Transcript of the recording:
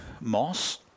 Moss